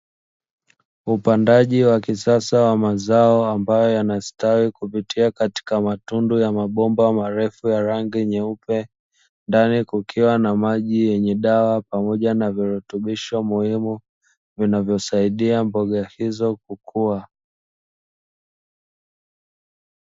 Upandaji wa kisasa wa mazao ambayo yanastawi kupitia katika matundu ya mabomba marefu ya rangi nyeupe, ndani kukiwa na maji yenye dawa pamoja na virutubisho muhimu vinavyosaidia mboga hizo kukua.